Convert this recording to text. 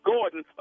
Gordon